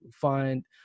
find